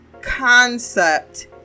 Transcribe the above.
concept